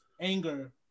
anger